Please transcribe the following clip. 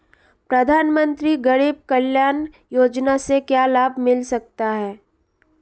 प्रधानमंत्री गरीब कल्याण योजना से क्या लाभ मिल सकता है?